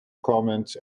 comments